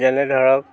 যেনে ধৰক